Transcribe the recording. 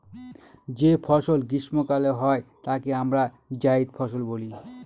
যে ফসল গ্রীস্মকালে হয় তাকে আমরা জাইদ ফসল বলি